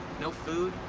no food.